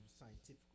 scientific